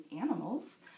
animals